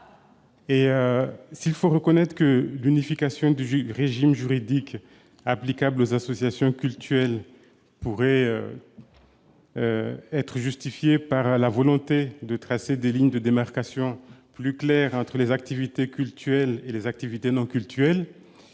S'il faut reconnaître que l'unification du régime juridique applicable aux associations cultuelles pourrait être justifiée par la volonté de tracer des lignes de démarcation plus claires entre les activités cultuelles et les activités non cultuelles,